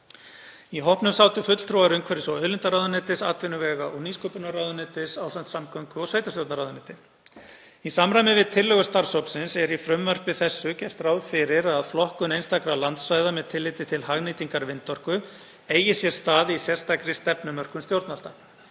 Í hópnum sátu fulltrúar úr umhverfis- og auðlindaráðuneyti, atvinnuvega- og nýsköpunarráðuneyti, ásamt samgöngu- og sveitarstjórnarráðuneyti. Í samræmi við tillögur starfshópsins er í frumvarpi þessu gert ráð fyrir að flokkun einstakra landsvæða með tilliti til hagnýtingar vindorku eigi sér stað í sérstakri stefnumörkun stjórnvalda.